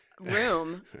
Room